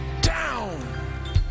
down